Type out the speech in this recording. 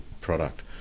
product